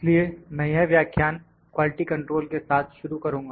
इसलिए मैं यह व्याख्यान क्वालिटी कंट्रोल के साथ शुरू करूँगा